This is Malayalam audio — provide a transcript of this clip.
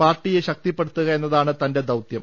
പാർട്ടിയെ ശക്തിപ്പെടുത്തുക എന്നതാണ് തന്റെ ദൌത്യം